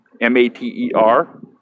M-A-T-E-R